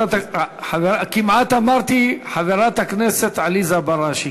כמעט אמרתי "חברת הכנסת עליזה בראשי".